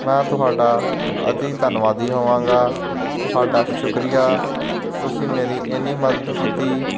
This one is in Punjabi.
ਮੈਂ ਤੁਹਾਡਾ ਅਤਿ ਧੰਨਵਾਦੀ ਹੋਵਾਂਗਾ ਤੁਹਾਡਾ ਸ਼ੁਕਰੀਆ ਤੁਸੀਂ ਮੇਰੀ ਇੰਨੀ ਮਦਦ ਕੀਤੀ